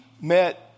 met